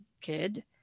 kid